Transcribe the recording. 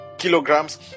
kilograms